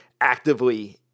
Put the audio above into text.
actively